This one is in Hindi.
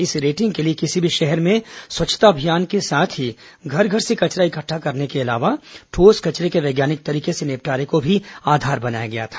इस रेटिंग के लिए किसी भी शहर में स्वच्छता अभियान के साथ ही घर घर से कचरा इकट्ठा करने के अलावा ठोस कचरे के वैज्ञानिक तरीके से निपटारें को भी आधार बनाया गया था